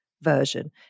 version